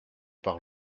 par